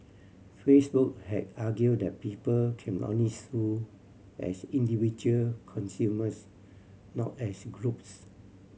Facebook had argued that people can only sue as individual consumers not as groups